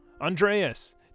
Andreas